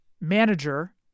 manager